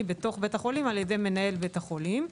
בתוך בית החולים על ידי מנהל בית החולים.